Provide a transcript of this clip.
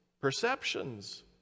perceptions